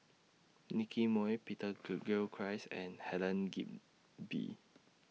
Nicky Moey Peter Gilchrist and Helen Gilbey